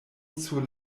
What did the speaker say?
sur